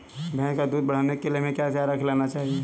भैंस का दूध बढ़ाने के लिए हमें क्या चारा खिलाना चाहिए?